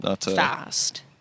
fast